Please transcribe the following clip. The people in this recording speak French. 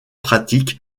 pratiques